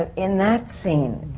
ah in that scene.